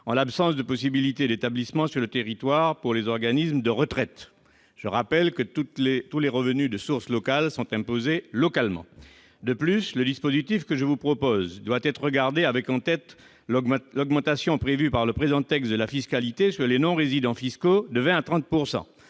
en l'absence de possibilité d'établissement sur le territoire pour les organismes de retraite. Je rappelle que tous les revenus de source locale sont imposés localement. De plus, le dispositif que je vous propose doit être examiné en ayant en tête l'augmentation prévue par le présent texte de la fiscalité sur les non-résidents fiscaux de 20 % à 30 %.